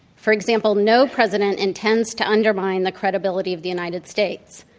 for example, no president intends to undermine the credibility of the united states.